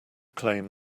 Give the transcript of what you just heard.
claim